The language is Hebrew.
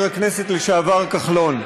חבר הכנסת לשעבר כחלון.